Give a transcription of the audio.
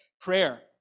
prayer